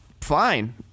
fine